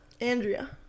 Andrea